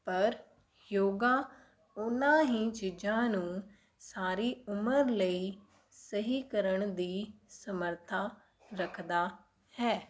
ਪਰ ਯੋਗਾ ਉਹਨਾਂ ਹੀ ਚੀਜ਼ਾਂ ਨੂੰ ਸਾਰੀ ਉਮਰ ਲਈ ਸਹੀ ਕਰਨ ਦੀ ਸਮਰੱਥਾ ਰੱਖਦਾ ਹੈ